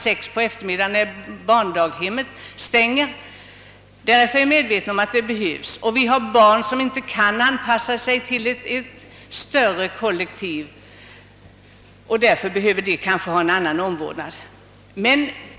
6 på eftermiddagen när barndaghemmen stänger. Det finns barn som inte kan anpassa sig till ett större kollektiv och därför kanske behöver en annan omvårdnad.